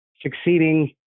succeeding